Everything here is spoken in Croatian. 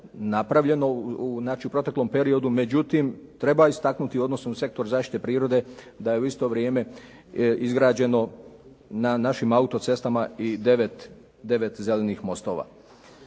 napravljeno, znači u proteklom periodu. Međutim, treba istaknuti, odnosno u sektoru zaštite prirode, da je u isto vrijeme izgrađeno na našim autocestama i 9 zelenih mostova.